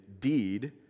deed